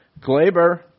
Glaber